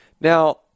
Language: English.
Now